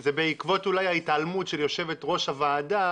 זה בעקבות אולי ההתעלמות של יושבת ראש הוועדה